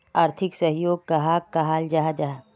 आर्थिक सहयोग कहाक कहाल जाहा जाहा?